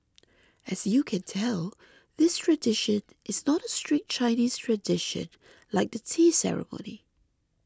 as you can tell this tradition is not a strict Chinese tradition like the tea ceremony